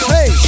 Hey